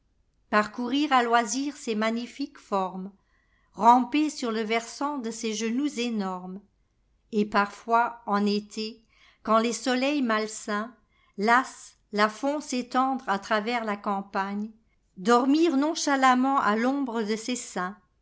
parcourir à loisir ses magnifiques formes ramper sur le versant de ses genoux énormes et parfois en été quand les soleils malsains lasse la font s'étendre à travers la campagne dormir nonchalamment à l'ombre de ses seins